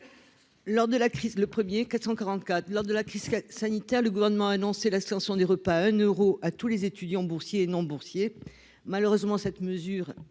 Lors de la crise sanitaire, le Gouvernement a annoncé l'extension des repas à un euro à tous les étudiants, boursiers et non boursiers. Malheureusement, cette mesure